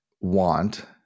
want